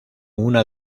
una